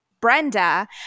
Brenda